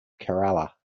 kerala